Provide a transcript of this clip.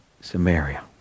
Samaria